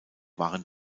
waren